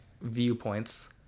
viewpoints